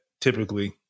typically